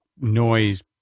noise